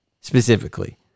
specifically